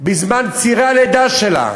בזמן צירי הלידה שלה.